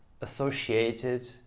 associated